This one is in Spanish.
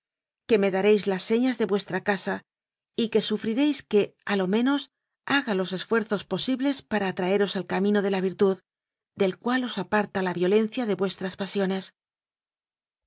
que me daréis las señas de vuestra casa y que sufriréis que a lo menos baga los esfuerzos posibles para atrae ros al camino de la virtud del cual os aparta la violencia de vuestras pasiones